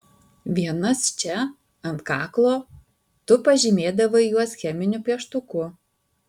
vienas čia ant kaklo tu pažymėdavai juos cheminiu pieštuku